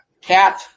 cat